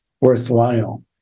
worthwhile